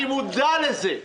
אני מודע לזה.